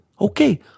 okay